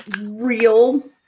real